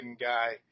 guy